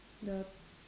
the